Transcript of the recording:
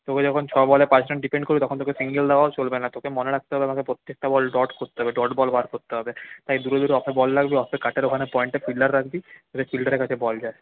তোকে যখন ছয় বলে পাঁচ রান ডিফেন্ড করবি তখন তোকে সিঙ্গেল দেওয়াও চলবে না তোকে মনে রাখতে হবে আমাকে প্রত্যেকটা বল ডট করতে হবে ডট বল বার করতে হবে তাই দুটো দুটো অফে বল লাগবে অফে আঠারোখানা পয়েন্টে ফিল্ডার রাখবি যাতে ফিল্ডারের কাছে বল যায়